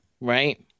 right